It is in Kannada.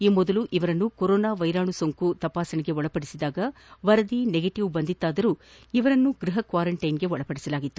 ಈ ಮೊದಲು ಇವರನ್ನು ಕೊರೊನಾ ವೈರಾಣು ಸೋಂಕು ತಪಾಸಣೆಗೆ ಒಳಪಡಿಸಿದಾಗ ವರದಿ ನೆಗೆಟವ್ ಬಂದಿತ್ತಾದರೂ ಇವರನ್ನು ಗೃಪ ಕ್ವಾರೆಂಟೈನ್ಗೆ ಒಳಪಡಿಸಲಾಗಿತ್ತು